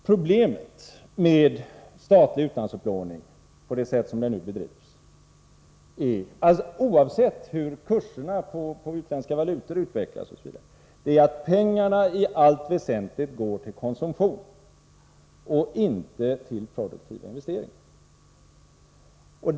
Problemet med statlig utlandsupplåning på det sätt som den nu bedrivs, oavsett hur kurserna på utländska valutor utvecklas osv. , är att pengarna i allt väsentligt går till konsumtion och inte till produktiva investeringar.